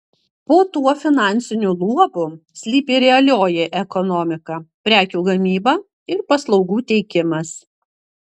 po tuo finansiniu luobu slypi realioji ekonomika prekių gamyba ir paslaugų teikimas